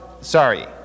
Sorry